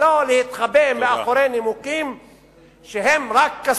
ולא להתחבא מאחורי נימוקים שהם רק כסות.